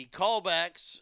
callbacks